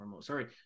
sorry